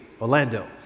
Orlando